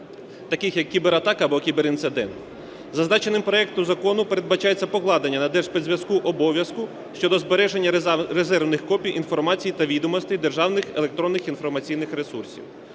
таких як кібератака або кіберінцидент. Зазначеним проектом закону передбачається покладення на Держспецзв'язку обов'язку щодо збереження резервних копій інформації та відомостей державних електронних інформаційних ресурсів.